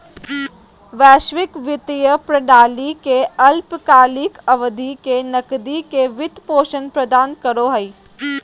वैश्विक वित्तीय प्रणाली ले अल्पकालिक अवधि के नकदी के वित्त पोषण प्रदान करो हइ